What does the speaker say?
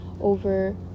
over